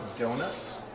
donuts.